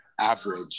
average